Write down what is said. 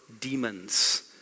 demons